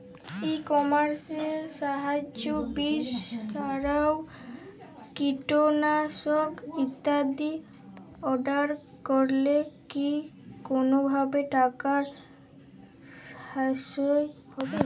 ই কমার্সের সাহায্যে বীজ সার ও কীটনাশক ইত্যাদি অর্ডার করলে কি কোনোভাবে টাকার সাশ্রয় হবে?